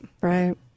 right